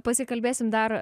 pasikalbėsim dar